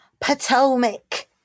potomac